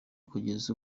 kugeza